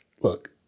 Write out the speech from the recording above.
look